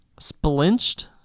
Splinched